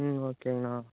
ம் ஓகேங்கண்ணா